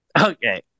Okay